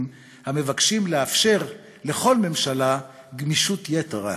המבקשים לאפשר לכל ממשלה גמישות יתרה.